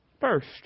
First